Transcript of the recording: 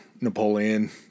Napoleon